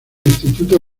instituto